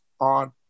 on